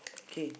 k